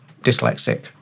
Dyslexic